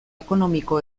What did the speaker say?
ekonomiko